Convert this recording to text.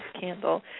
Candle